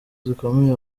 zikomeye